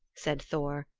said thor,